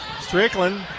Strickland